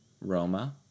Roma